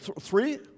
Three